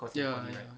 ya ya